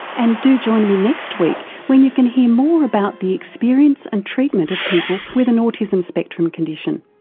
and do join me next week when you can hear more about the experience and treatment of people with an autism spectrum condition.